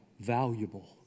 valuable